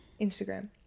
Instagram